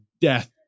Death